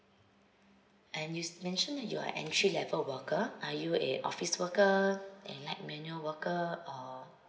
and you mentioned that you are entry level worker are you a office worker a like manual worker or